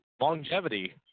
longevity